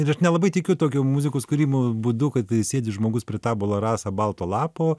ir aš nelabai tikiu tokiu muzikos kūrimo būdu kad sėdi žmogus prie tabula rasa balto lapo